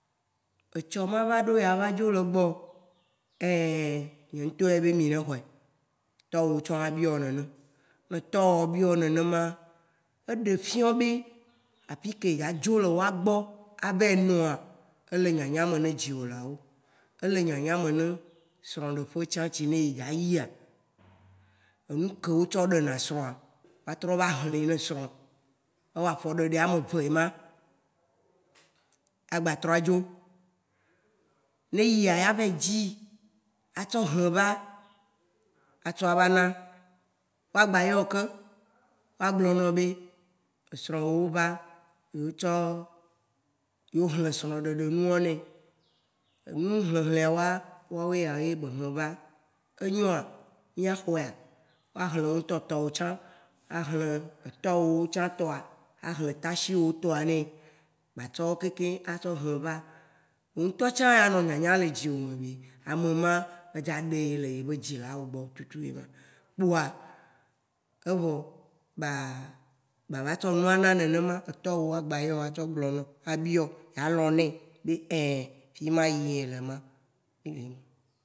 Gbémagbéa, né etɔnyèwo xɔ nuwo dzago voa, O nam mégnã, srɔ̃ɖéƒéa tsã nya, ŋtsuvia tsã bé amewoa, gbemagbéa, né mi gblɔ̃ɛ daɖɛa, Ŋ'tsuvia, tasinyɛwo, atavinyèwo, woawé yé ava ku dzidzɔ tɔxɛ ɖé. Mia nɔ fima. Mia ɖa nu mía ɖu; mia klã wo. Ã! ma klã dzinyĩlawo bé égbéa, mélé dzo lé mia gbɔ, nyétsã mava yi ɖo nɔƒé nyin. Méa ɖé srɔ égbéa loo. watsã wa gblɔ̃ nawò bé, Ã! gaƒoƒoa dé, ayi fafɛɖé. Kpoa srɔ̃ɖeƒema nɔna tɔxɛ. Tashiwoo ava Do dzidzɔɛ nɔo, ava kplɔwo lé dziwolawo gbɔ tsaĎ atsɔ yi srɔ̃ɖeƒeamɛ. Nenèma yé bé nɔna le mia gbɔ yéŋ.